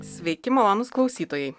sveiki malonūs klausytojai